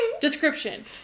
Description